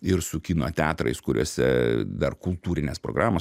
ir su kino teatrais kuriuose dar kultūrinės programos